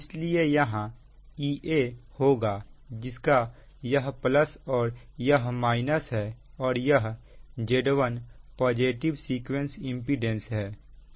इसलिए यहां Ea होगा जिसका यह प्लस और यह माइनस है और यह Z1 पॉजिटिव सीक्वेंस इंपीडेंस है